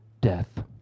death